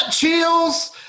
Chills